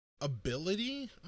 ability